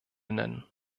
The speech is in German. nennen